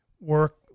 work